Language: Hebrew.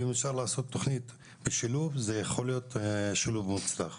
אם אפשר לעשות תוכנית בשילוב זה יכול להיות שילוב מוצלח.